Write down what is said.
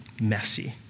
messy